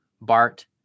Bart